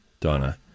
Donna